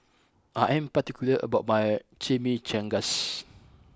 I am particular about my Chimichangas